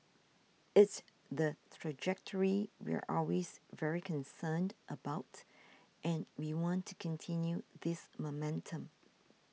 it's the trajectory we're always very concerned about and we want to continue this momentum